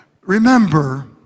Remember